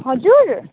हजुर